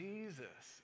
Jesus